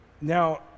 Now